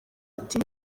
ati